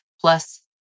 plus